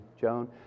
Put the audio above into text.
Joan